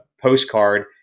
postcard